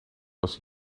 was